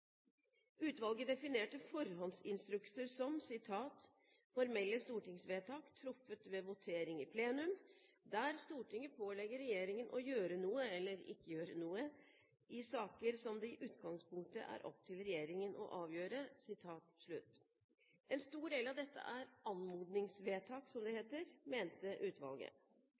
Utvalget definerte forhåndsinstrukser som «formelle stortingsvedtak, truffet ved votering i plenum, der Stortinget pålegger regjeringen å gjøre noe , i saker som det i utgangspunktet er opp til regjeringen å avgjøre». En stor del av dette er anmodningsvedtak, som det heter, mente utvalget.